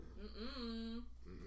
Mm-mm